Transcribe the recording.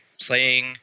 playing